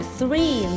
three